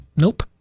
Nope